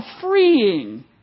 freeing